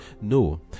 No